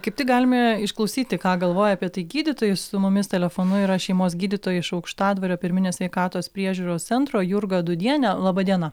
kaip tik galime išklausyti ką galvoja apie tai gydytojai su mumis telefonu yra šeimos gydytoja iš aukštadvario pirminės sveikatos priežiūros centro jurga dūdienė laba diena